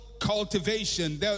cultivation